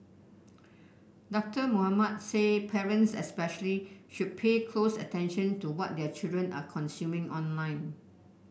Doctor Mohamed said parents especially should pay close attention to what their children are consuming online